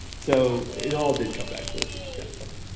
so it all did come back to us, which was kind of funny.